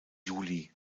juli